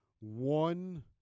one